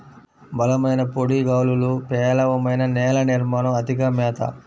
బలమైన పొడి గాలులు, పేలవమైన నేల నిర్మాణం, అతిగా మేత